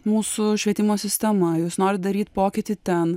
mūsų švietimo sistema jūs norit daryt pokytį ten